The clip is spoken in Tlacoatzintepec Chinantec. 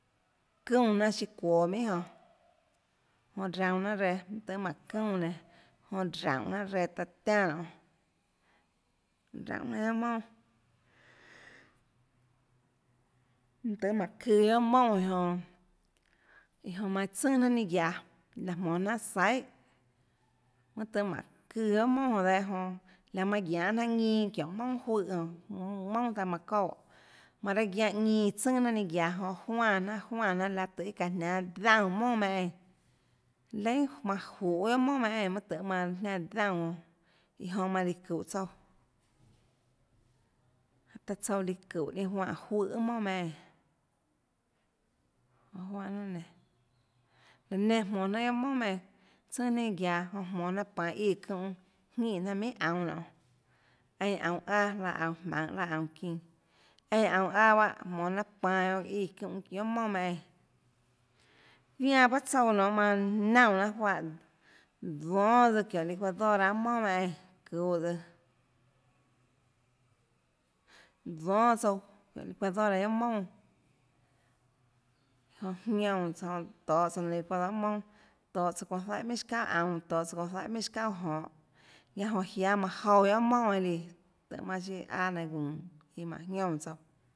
Çúnã jnanà siã çuoå minhà jonã jonã raunå jnanà reã mønâ tøhê mánhå çúnã nénå jonã raúnhå jnanà reã taã tiánã nonê raúnhå jnanà guiohà mounà mønâ tøhê mánhå çøã guiohà mounà eínã jonã iã jonã manã iã tsønà jnanà ninâ guiaå laã jmonå jnanà saihà mønâ tøhê mánhå çøã guiohà mounà jonã dehâ laã manã guianê jnanà ñinâ çiónhå mounà juùhã joã mounà taã manã çouè manã raâ guiánhã ñinâ iã tsønà jnanà ninâ guiaåjonã juánã jnanàjuánã jnanàlaê tøhê iâ çaã jniánâ daúnãmounà meihâ eínã leínà manã fuuê guiohà mounà meinhâ eínã mønâ tøhê manã jniánã daúnã jonãiã jonã manã líã çúnå tsouã jánhå taã tsouã líã çúhå ninâ juáhã juùhã guiohà mounà meinhà eínã jonã juáhã jnanà nénå laã nenã jmonâ jnanà guiohà mounà meinhâ eínãtsøà ninâ guiaå jonã jmonå raâ panå íã çúnhã jinè jnanà minhà aunå nonê einã aunå aâ laã daã jmaønhå laã daã aunå çinãeã aunå aâ pahâ jmonå jnanà panå íã çúnhãguiohà mounà meinhâ eínã zianã bahâ tsouã nionê manã naunè jnanà juáhãdónâ tsøã çiónhå licuadora guiohà mounà meinhâ eínã çuhå tsøã dónâ tsouã çiónhå licuadora guiohà mounàjonã jiónã tsouã tohå tsouã licuadora guiohà mounà tohå tsouã çounã zaíhã minhà chiâ çauà aunå tohå tsouã çounã zaíhã minhà chiâ çauàjonhå jonã jiáâ manã jouã guiohà mounà eínã líã tøhê manã siâ aâ nainhå guunå mánhå jiónã tsouã